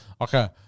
okay